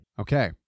Okay